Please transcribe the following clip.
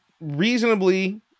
reasonably